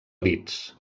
leeds